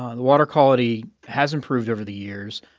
um the water quality has improved over the years,